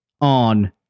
on